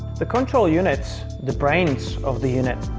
the control units the brains of the unit